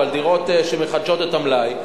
אבל דירות שמחדשות את המלאי,